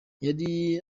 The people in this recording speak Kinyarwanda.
yari